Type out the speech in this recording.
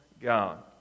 God